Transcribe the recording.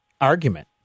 argument